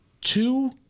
two